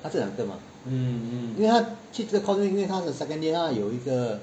她这两个吗因为她去这个 course 是因为她的 second year 她有一个